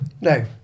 No